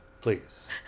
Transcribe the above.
please